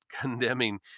condemning